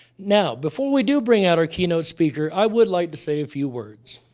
now, before we do bring out our keynote speaker, i would like to say a few words.